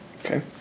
Okay